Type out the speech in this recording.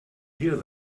hear